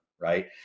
Right